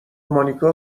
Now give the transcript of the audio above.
مانیکا